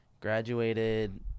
graduated